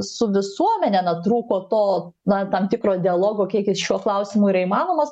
su visuomene na trūko to na tam tikro dialogo kiek jis šiuo klausimu yra įmanomas